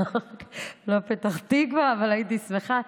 לא, לא פתח תקווה, אבל הייתי שמחה.